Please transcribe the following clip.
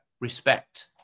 respect